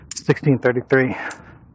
1633